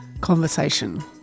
conversation